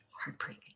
Heartbreaking